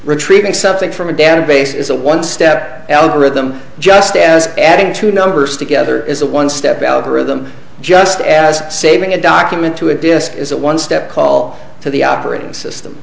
retrieving something from a database is a one step algorithm just as adding two numbers together is a one step algorithm just as saving a document to a disk is it one step call to the operating system